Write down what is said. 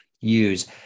use